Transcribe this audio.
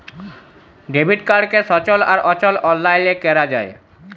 debit কাড়কে সচল আর অচল অললাইলে ক্যরা যায়